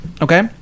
Okay